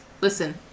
Listen